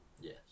Yes